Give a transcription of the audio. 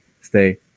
stay